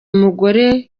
mugore